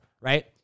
right